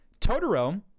Totoro